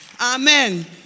Amen